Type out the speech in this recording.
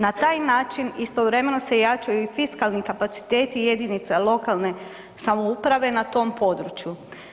Na taj način istovremeno se jačaju i fiskalni kapaciteti jedinica lokalne samouprave na tom području.